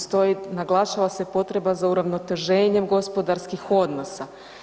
Stoji naglašava se potreba za uravnoteženjem gospodarskih odnosa.